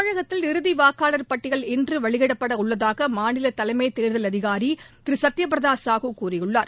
தமிழகத்தில் இறுதி வாக்காளர் பட்டியல் இன்று வெளியிடப்பட உள்ளதாக மாநில தலைமை தேர்தல் அதிகாரி திரு சத்ய பிரதா சாஹூ கூறியுள்ளார்